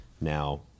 now